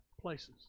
Places